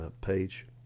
page